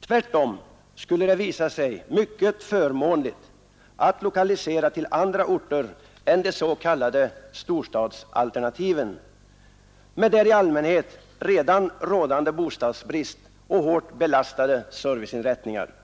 Tvärtom skulle det visa sig mycket förmånligt att lokalisera till andra orter än de s.k. storstadsalternativen med där i allmänhet redan rådande bostadsbrist och hårt belastade serviceinrättningar.